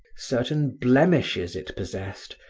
certain blemishes it possessed,